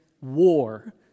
war